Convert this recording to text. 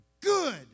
Good